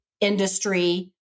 industry